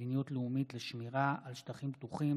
גמליאל בנושא: מדיניות לאומית לשמירה על שטחים פתוחים,